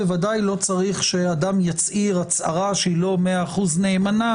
בוודאי לא צריך שאדם יצהיר הצהרה שהיא לא מאה אחוז נאמנה